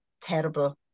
terrible